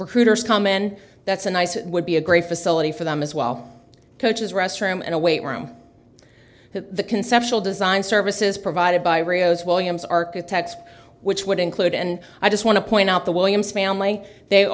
recruiters kamen that's a nice would be a great facility for them as well coaches restroom and a weight room the conceptual design services provided by rio's williams architects which would include and i just want to point out the williams family they